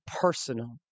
personal